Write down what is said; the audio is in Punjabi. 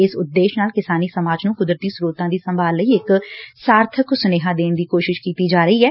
ਇਸ ਉਦੇਸ਼ ਨਾਲ ਕਿਸਾਨੀ ਸਮਾਜ ਨੂੰ ਕੁਦਰਤੀ ਸਰੋਤਾਂ ਦੀ ਸੰਭਾਲ ਲਈ ਇੱਕ ਸਾਰਥਕ ਸੁਨੇਹਾ ਦੇਣ ਦੀ ਕੋਸ਼ਿਸ਼ ਕੀਤੀ ਜਾ ਰਹੀ ਐ